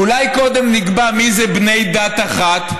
אולי קודם נקבע מי זה בני דת אחת?